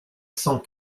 cent